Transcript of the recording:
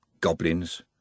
Goblins